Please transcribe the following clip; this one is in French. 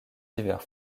hivers